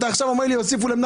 אתה עכשיו אומר לי שהוסיפו לכם,